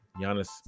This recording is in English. Giannis